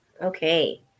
Okay